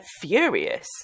furious